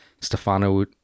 Stefano